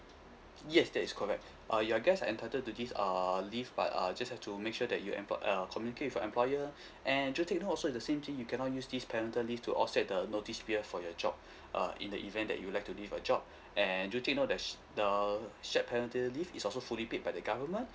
yes that is correct uh your guest are entitled to give err leave but err just have to make sure that you employ uh communicate with your employer and do take note also it's the same thing you cannot use this parental leave to offset the notice period for your job uh in the event that you would like to leave a job and do take note that s~ the shared parental leave is also fully paid by the government